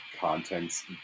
contents